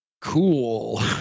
cool